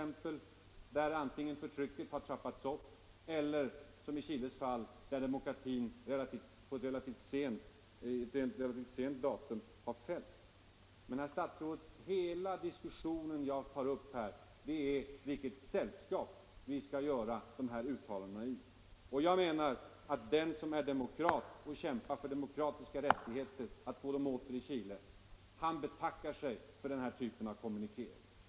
Men, herr statsrådet, den diskussion jag tar upp här gäller i vilket sällskap vi skall göra dessa uttalanden. Jag menar att den som är demokrat och kämpar för demokratiska rättigheter, att få dessa åter i Chile, han betackar sig för den här typen av kommunikéer.